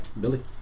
Billy